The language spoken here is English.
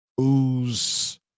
ooze